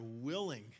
willing